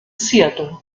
seattle